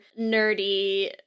nerdy